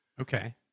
Okay